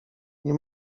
nie